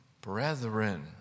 brethren